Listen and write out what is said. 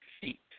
feet